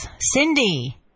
Cindy